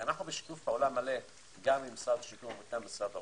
אנו בשיתוף פעולה מלא גם עם משרד השיכון וגם עם משרד האוצר.